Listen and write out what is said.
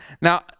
Now